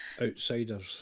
outsiders